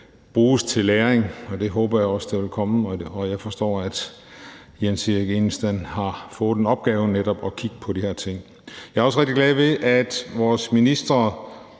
bruges til læring, og det håber jeg også at der vil komme, og jeg forstår, at Jan-Erik Enestam har fået til opgave netop at kigge på de her ting. Jeg er også rigtig glad ved, at vores ministre